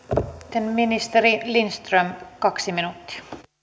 sitten ministeri lindström kaksi minuuttia